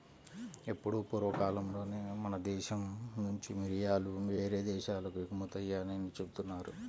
ఎప్పుడో పూర్వకాలంలోనే మన దేశం నుంచి మిరియాలు యేరే దేశాలకు ఎగుమతయ్యాయని జెబుతున్నారు